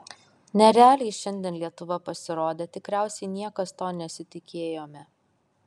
nerealiai šiandien lietuva pasirodė tikriausiai niekas to nesitikėjome